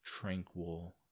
tranquil